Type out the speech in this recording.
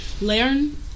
learn